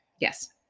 Yes